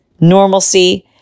normalcy